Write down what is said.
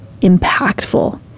impactful